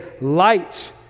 light